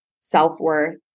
self-worth